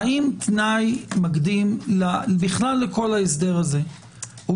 האם תנאי מקדים לכל ההסדר הזה הוא